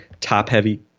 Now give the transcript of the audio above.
top-heavy